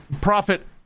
profit